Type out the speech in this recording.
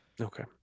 Okay